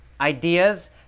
ideas